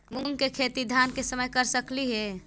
मुंग के खेती धान के समय कर सकती हे?